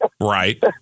Right